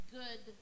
good